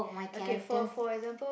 okay for for example